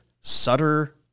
Sutter